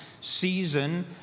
season